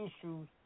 issues